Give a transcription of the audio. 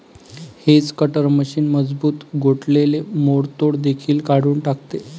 hedge cutter machine मजबूत गोठलेले मोडतोड देखील काढून टाकते